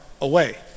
away